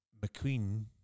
McQueen